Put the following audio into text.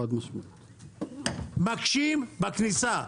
מקשים בכניסה.